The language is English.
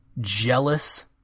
jealous